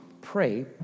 pray